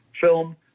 film